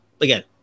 Again